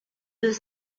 deux